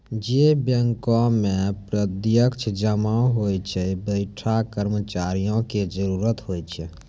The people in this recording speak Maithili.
जै बैंको मे प्रत्यक्ष जमा होय छै वैंठा कर्मचारियो के जरुरत होय छै